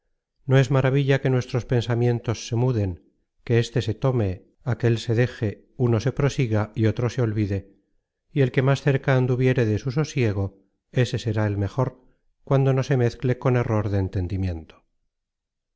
no es maravilla que nuestros pensamientos se muden que éste se tome aquel se deje uno se prosiga y otro se olvide y el que más cerca anduviere de su sosiego ése será el mejor cuando no se mezcle con error de entendimiento